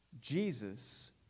Jesus